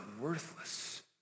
worthless